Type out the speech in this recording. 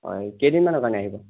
হয় কেইদিন মানৰ কাৰণে আহিব